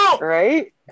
Right